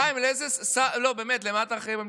חיים, באמת, למה אתה אחראי במשרד החינוך?